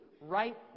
right